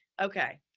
okay.